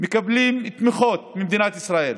מקבלים תמיכות ממדינת ישראל.